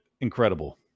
incredible